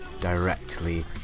directly